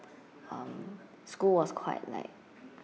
um school was quite like